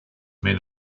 men